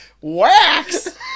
Wax